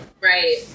Right